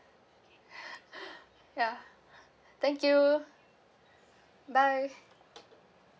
ya thank you bye